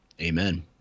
Amen